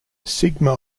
sigma